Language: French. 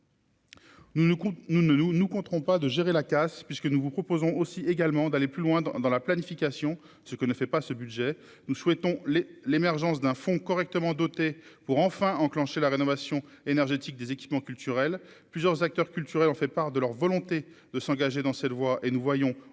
nous nous compterons pas de gérer la casse, puisque nous vous proposons aussi également d'aller plus loin dans dans la planification, ce que ne fait pas ce budget, nous souhaitons les l'émergence d'un fonds correctement doté pour enfin enclencher la rénovation énergétique des équipements culturels, plusieurs acteurs culturels ont fait part de leur volonté de s'engager dans cette voie et nous voyons au-delà